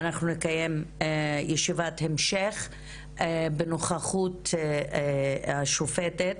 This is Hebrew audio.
נקיים ישיבת המשך בנוכחות השופטת.